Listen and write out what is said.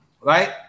Right